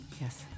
Yes